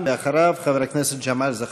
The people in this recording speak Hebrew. ואחריו, חבר הכנסת ג'מאל זחאלקה.